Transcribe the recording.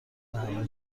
همه